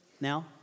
now